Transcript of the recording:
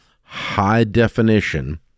high-definition